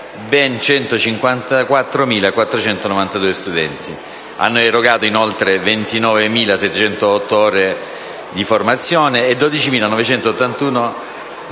ben 154.492 studenti. Hanno erogato, inoltre, 29.708 ore di formazione e 12.981 servizi